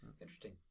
Interesting